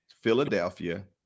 Philadelphia